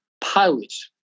pilots